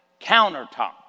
countertop